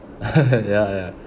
ya ya